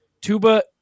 Tuba